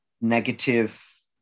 negative